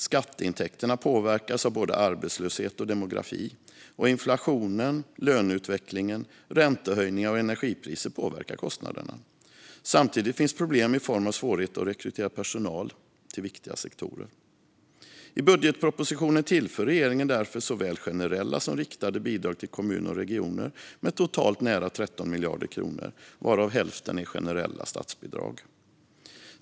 Skatteintäkterna påverkas av både arbetslöshet och demografi, och inflationen, löneutvecklingen, räntehöjningar och energipriser påverkar kostnaderna. Samtidigt finns problem i form av svårighet att rekrytera personal till viktiga sektorer. I budgetpropositionen tillför regeringen därför såväl generella som riktade bidrag till kommuner och regioner, med totalt nära 13 miljarder kronor, varav hälften är generella statsbidrag.